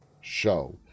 show